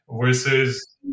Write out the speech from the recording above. Versus